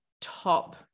top